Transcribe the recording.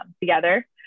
together